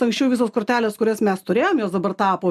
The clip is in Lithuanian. anksčiau visos kortelės kurias mes turėjom jos dabar tapo